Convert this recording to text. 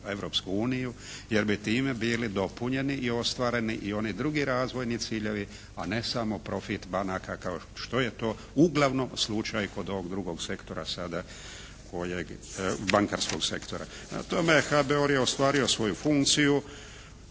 jer bi time bili dopunjeni i ostvareni i oni drugi razvojni ciljevi, a ne samo profit banaka kao što je to uglavnom slučaju kod ovog drugog sektora sada kojeg, bankarskog sektora. Prema tome, HBOR je ostvario svoju funkciju